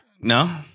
No